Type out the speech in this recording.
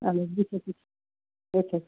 اَہَن حظ اَچھا حظ